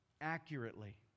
accurately